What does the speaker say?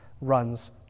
runs